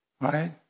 right